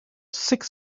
six